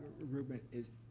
ruben, is